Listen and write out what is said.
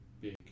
big